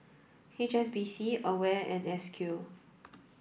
H S B C A W A R E and S Q